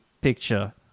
picture